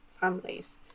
families